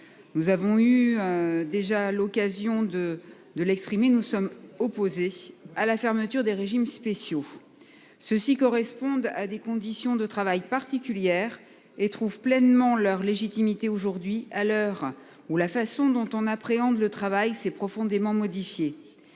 Nous avons eu. Déjà l'occasion de, de l'exprimer. Nous sommes opposés à la fermeture des régimes spéciaux. Ceux-ci correspondent à des conditions de travail particulière et trouvent pleinement leur légitimité aujourd'hui à l'heure où la façon dont on appréhende le travail s'est profondément modifié.